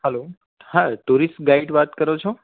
hello હા tourist guide વાત કરો છો